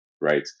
right